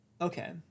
Okay